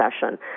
session